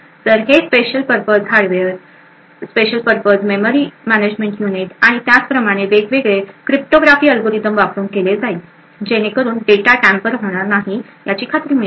तर हे special purpose hardware special purpose memory management unit आणि त्याचप्रमाणे वेगवेगळे क्रिप्टोग्राफी अल्गोरिदम वापरून केले जाईल जेणेकरून डेटा टेम्पर होणार नाही याची खात्री मिळेल